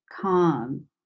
calm